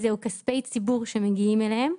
מדובר בכספי ציבור שמגיעים אליהם.